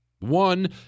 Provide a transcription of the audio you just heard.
One